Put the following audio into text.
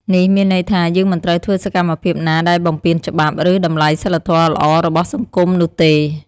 នេះមានន័យថា យើងមិនត្រូវធ្វើសកម្មភាពណាដែលបំពានច្បាប់ ឬតម្លៃសីលធម៌ល្អរបស់សង្គមនោះទេ។